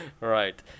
Right